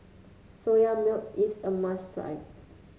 Soya Milk is a must try